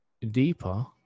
deeper